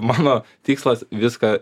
mano tikslas viską